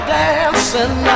dancing